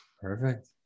Perfect